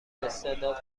استعداد